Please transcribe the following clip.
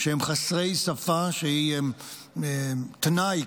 שהם חסרי שפה, שהיא כמעט תנאי,